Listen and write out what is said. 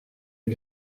est